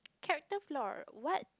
character flaw what